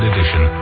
Edition